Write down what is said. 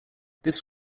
this